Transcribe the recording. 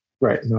Right